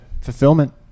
Fulfillment